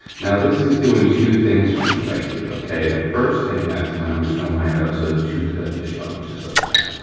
now this is doing two things for me right here, okay. the first thing that it's doing, i'm just gonna line it up so that two threads are showing just like that.